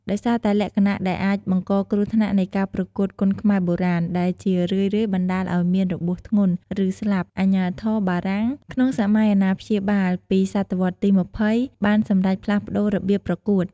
ដោយសារតែលក្ខណៈដែលអាចបង្កគ្រោះថ្នាក់នៃការប្រកួតគុនខ្មែរបុរាណ ដែលជារឿយៗបណ្តាលឱ្យមានរបួសធ្ងន់ ឬស្លាប់ អាជ្ញាធរបារាំងក្នុងសម័យអាណាព្យាបាល ពីសតវត្សទី២០ បានសម្រេចផ្លាស់ប្តូររបៀបប្រកួត។